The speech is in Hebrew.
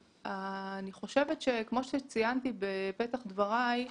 כמו שציינתי בפתח דבריי,